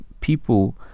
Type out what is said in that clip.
people